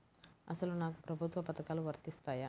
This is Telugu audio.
అసలు నాకు ప్రభుత్వ పథకాలు వర్తిస్తాయా?